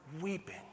weeping